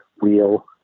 wheel